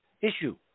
issue